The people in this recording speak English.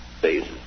phases